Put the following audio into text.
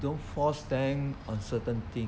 don't force them on certain thing